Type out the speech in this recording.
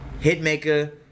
Hitmaker